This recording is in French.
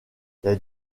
les